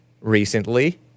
recently